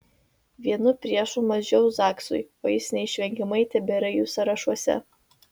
vienu priešu mažiau zaksui o jis neišvengiamai tebėra jų sąrašuose